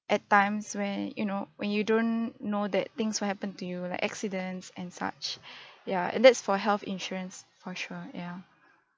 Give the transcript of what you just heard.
at times when you know when you don't know that things will happen to you like accidents and such ya and that's for health insurance for sure ya